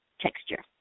texture